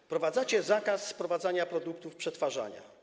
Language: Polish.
Wprowadzacie zakaz sprowadzania produktów przetwarzania.